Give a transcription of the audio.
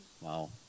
Wow